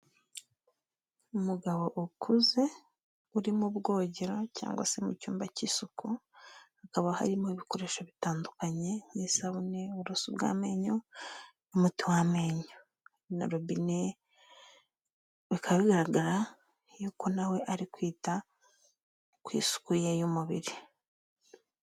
Umugabo ukuze uri mu bwogero cyangwa se mu cyumba cy'isuku, hakaba harimo ibikoresho bitandukanye n'isabune, uburoso bw'amenyo n'umuti w'amenyo na robine, bikaba bigaragara yuko nawe ari kwita ku isuku ye y'umubiri.